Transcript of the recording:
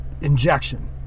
injection